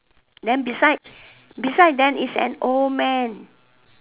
then beside beside then is an old man